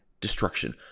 destruction